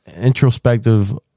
introspective